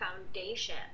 foundation